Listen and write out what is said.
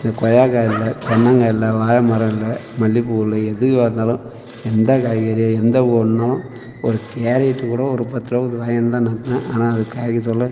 இந்த கொய்யாக்காய் இல்லை தென்னங்காய் இல்லை வாழை மரம் இல்லை மல்லிகைப்பூ இல்லை எதுவாக இருந்தாலும் எந்தக் காய்கறி எந்த ஒன்றும் ஒரு கேரட்டு கூட ஒரு பத்து ரூபா கொடுத்து வாங்கியாந்து தான் நட்டேன் ஆனால் அது காய்க்க சொல்ல